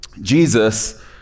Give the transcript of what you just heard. Jesus